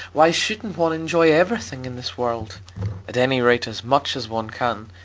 why shouldn't one enjoy everything in this world at any rate as much as one can,